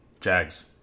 Jags